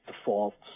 defaults